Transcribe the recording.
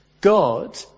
God